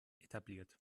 etabliert